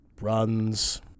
runs